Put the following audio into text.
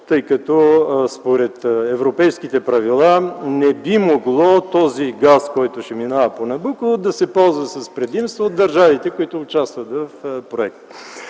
„Набуко”. Според европейските правила не би могло този газ, който ще минава по „Набуко”, да се ползва с предимство от държавите, които участват в проекта.